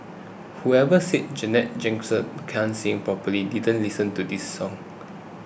whoever said Janet Jackson can't sing probably didn't listen to this song